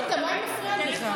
כן, גם מה היא מפריעה לי בכלל?